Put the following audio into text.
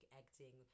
acting